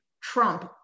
Trump